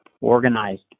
organized